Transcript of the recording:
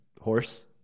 horse